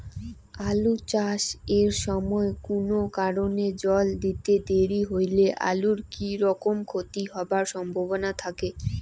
আলু চাষ এর সময় কুনো কারণে জল দিতে দেরি হইলে আলুর কি রকম ক্ষতি হবার সম্ভবনা থাকে?